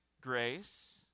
grace